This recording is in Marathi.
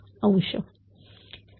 x1